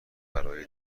برای